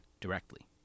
directly